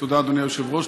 תודה, אדוני היושב-ראש.